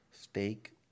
steak